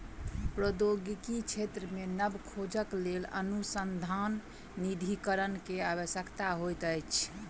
प्रौद्योगिकी क्षेत्र मे नब खोजक लेल अनुसन्धान निधिकरण के आवश्यकता होइत अछि